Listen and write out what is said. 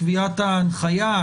קביעת ההנחיה,